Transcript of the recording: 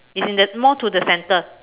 it's in the more to the centre